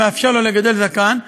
שמאפשר לו לגדל זקן,